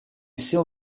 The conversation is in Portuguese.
seu